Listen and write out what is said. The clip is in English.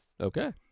Okay